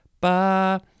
ba